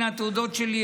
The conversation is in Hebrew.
הינה התעודות שלי,